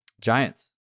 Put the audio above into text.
Giants